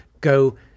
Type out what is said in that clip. Go